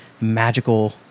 magical